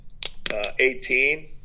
18